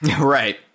Right